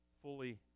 fully